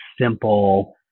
simple